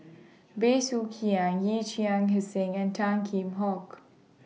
Bey Soo Khiang Yee Chia Hsing and Tan Kheam Hock